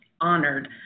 honored